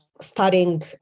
studying